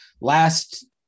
last